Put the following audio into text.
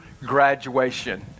graduation